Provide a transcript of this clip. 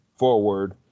forward